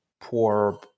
poor